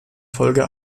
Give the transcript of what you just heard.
folge